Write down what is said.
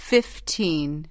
Fifteen